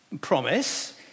promise